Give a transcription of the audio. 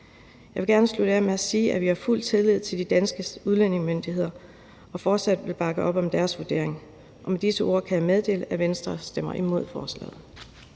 Jeg vil gerne slutte af med at sige, at vi har fuld tillid til de danske udlændingemyndigheder og fortsat vil bakke op om deres vurderinger. Med disse ord kan jeg meddele, at Venstre stemmer imod forslaget.